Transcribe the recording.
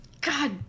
god